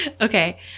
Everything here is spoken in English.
okay